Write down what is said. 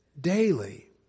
daily